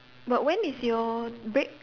but when is your break